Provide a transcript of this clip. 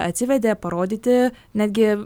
atsivedė parodyti netgi